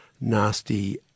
nasty